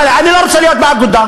אני לא רוצה להיות באגודה.